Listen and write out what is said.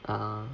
ah